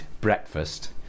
breakfast